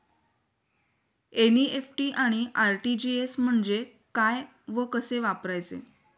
NEFT आणि RTGS म्हणजे काय व कसे वापरायचे?